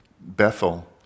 Bethel